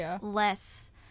less